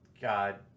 God